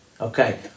Okay